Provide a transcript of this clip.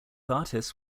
artists